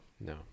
No